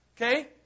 Okay